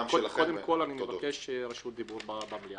קודם כל, אני מבקש רשות דיבור המליאה.